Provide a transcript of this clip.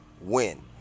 win